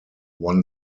won